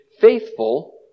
faithful